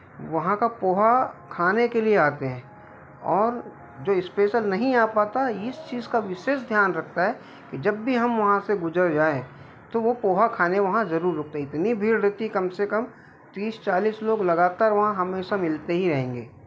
वहाँ का पोहा खाने के लिए आते हैं और जो स्पेसल नहीं आ पाता इस चीज का विशेष ध्यान रखता है कि जब भी हम वहाँ से गुजर जाए तो वो पोहा खाने वहाँ जरूर रुकते है इतनी भीड़ रहती है कम से कम तीस चालिस लोग लगातार वहाँ हमेशा मिलते ही रहेंगे